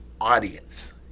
audience